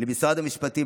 למשרד המשפטים,